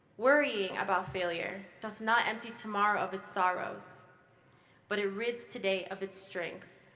worrying about failure does not empty tomorrow of its sorrows but it rids today of its strength.